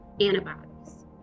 antibodies